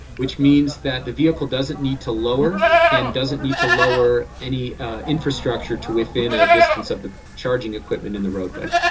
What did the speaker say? which means that the vehicle doesn't need to lower and doesn't need to lower any infrastructure to within a distance of the charging equipment in the roadway.